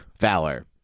Valor